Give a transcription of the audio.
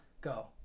go